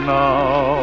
now